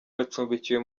bacumbikiwe